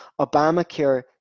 Obamacare